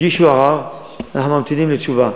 הגישו ערר, אנחנו ממתינים לתשובה.